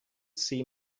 see